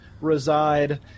reside